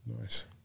Nice